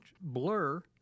Blur